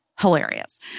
hilarious